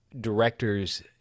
directors